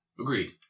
Agreed